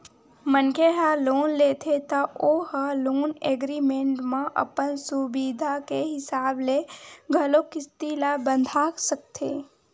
मनखे ह लोन लेथे त ओ ह लोन एग्रीमेंट म अपन सुबिधा के हिसाब ले घलोक किस्ती ल बंधा सकथे